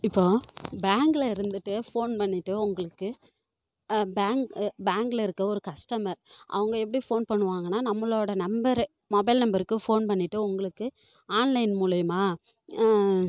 இப்போ பேங்கில் இருந்துகிட்டு ஃபோன் பண்ணிவிட்டு உங்களுக்கு பேங் பேங்கில் இருக்க ஒரு கஸ்டமர் அவங்க எப்படி ஃபோன் பண்ணுவாங்கன்னா நம்மளோட நம்பரை மொபைல் நமபருக்கு ஃபோன் பண்ணிவிட்டு உங்களுக்கு ஆன்லைன் மூலியமாக